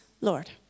Lord